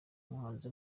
umuhanzi